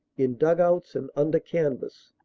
in dug-outs and under canvas.